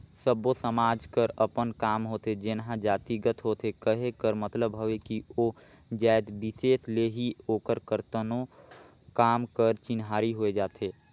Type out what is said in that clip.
सब्बो समाज कर अपन काम होथे जेनहा जातिगत होथे कहे कर मतलब हवे कि ओ जाएत बिसेस ले ही ओकर करतनो काम कर चिन्हारी होए जाथे